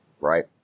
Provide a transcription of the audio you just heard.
right